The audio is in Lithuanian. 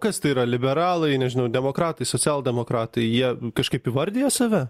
kas tai yra liberalai nežinau demokratai socialdemokratai jie kažkaip įvardija save